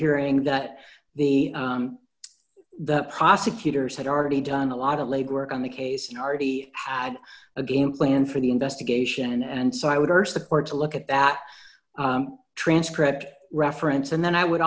hearing that the the prosecutors had already done a lot of legwork on the case and already had a game plan for the investigation and so i would urge the court to look at that transcript reference and then i would